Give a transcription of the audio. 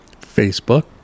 Facebook